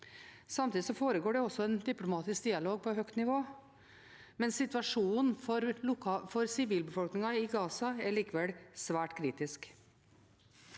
Samtidig foregår det en diplomatisk dialog på høyt nivå, men situasjonen for sivilbefolkningen i Gaza er likevel svært kritisk.